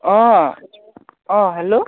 অঁ অঁ হেল্ল'